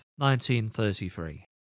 1933